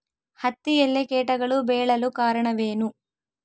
ಹತ್ತಿಯಲ್ಲಿ ಕೇಟಗಳು ಬೇಳಲು ಕಾರಣವೇನು?